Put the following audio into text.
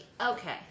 okay